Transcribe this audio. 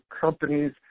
companies